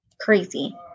crazy